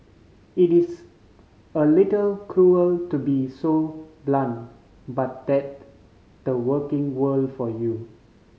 it is a little cruel to be so blunt but that the working world for you